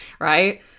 right